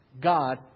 God